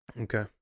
Okay